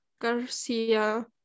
garcia